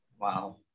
wow